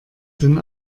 denn